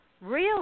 Real